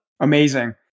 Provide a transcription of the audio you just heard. Amazing